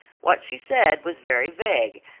what she said was very vague,